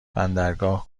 بندرگاه